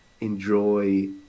enjoy